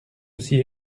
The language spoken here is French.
aussi